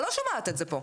אני לא שומעת את זה פה.